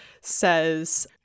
says